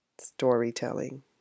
storytelling